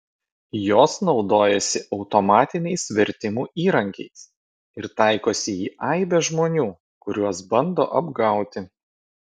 jos naudojasi automatiniais vertimų įrankiais ir taikosi į aibę žmonių kuriuos bando apgauti